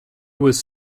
was